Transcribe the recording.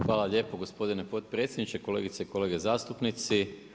Hvala lijepo gospodine potpredsjedniče, kolegice i kolege zastupnici.